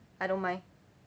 I don't mind